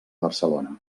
barcelona